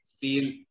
feel